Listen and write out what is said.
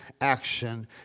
action